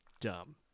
dumb